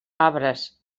arbres